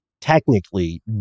technically